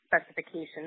specifications